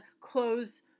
close